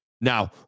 Now